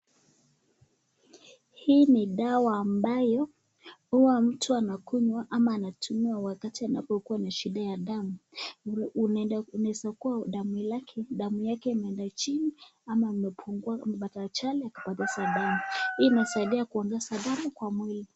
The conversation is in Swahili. Hii ni dawa ambayo hua mtu anakunywa ama anatumia wakati anapokua na shida ya damu, inaeza kua damu yake imeenda chini ama amepata ajali akapoteza damu. Hii inasaidia kuongeza damu kwa mwili.